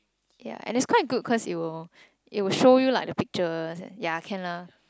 ya and is quite good cause it will it will show you like the pictures ya can lah